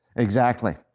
exactly.